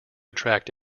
attract